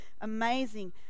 amazing